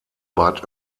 bat